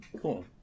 cool